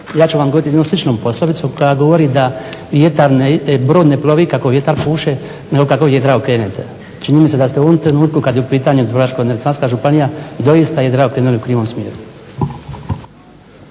Ja ću vam odgovoriti jednom sličnom poslovicom koja govori da "Brod ne plovi kako vjetar puše, nego kako jedra okrenete". Čini mi se da ste u ovom trenutku kada je u pitanju Dubrovačko-neretvanska županija doista okrenuli jedra u krivom smjeru.